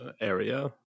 Area